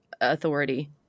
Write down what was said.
authority